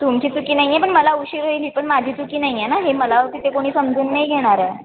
तुमची चुकी नाही आहे पण मला उशीर होईल ही पण माझी चुकी नाही आहे ना हे मला तिथे कोणी समजून नाही घेणार आहे